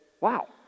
wow